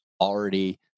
already